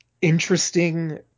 interesting